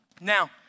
Now